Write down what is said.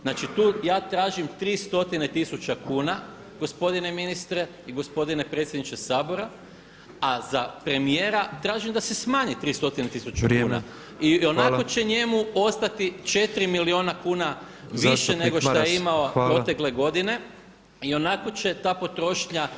Znači, tu ja tražim 300 tisuća kuna, gospodine ministre i gospodine predsjedniče Sabora, a za premijera tražim da se smanji 300 tisuća kuna [[Upadica predsjednik: Vrijeme.]] Ionako će njemu ostati 4 milijuna kuna više nego što je imao protekle godine [[Upadica predsjednik: Zastupnik Maras, hvala.]] Ionako će ta potrošnja…